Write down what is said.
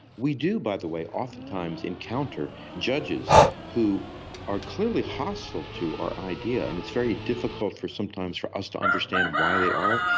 we do, by the way, oftentimes encounter judges who are clearly hostile to our idea. and it's very difficult sometimes for us to understand why they are.